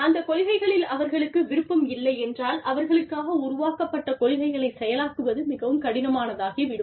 அந்த கொள்கைகளில் அவர்களுக்கு விருப்பம் இல்லை என்றால் அவர்களுக்காக உருவாக்கப்பட்ட கொள்கைகளை செயலாக்குவது மிகவும் கடினமானதாகி விடும்